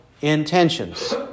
intentions